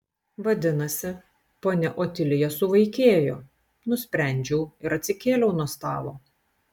vadinasi ponia otilija suvaikėjo nusprendžiau ir atsikėliau nuo stalo